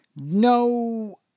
no